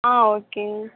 ஆ ஓகேங்க